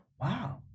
Wow